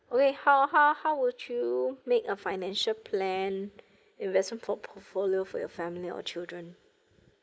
okay how how how would you make a financial plan investment portfolio for your family or children